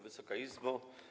Wysoka Izbo!